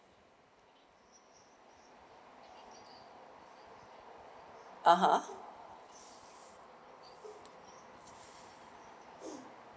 (uh huh)